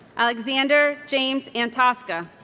alexander james antosca